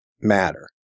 matter